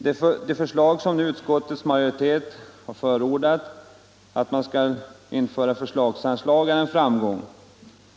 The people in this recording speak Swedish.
Det förslag om införande av förslagsanslag som utskottets majoritet nu har förordat är en framgång.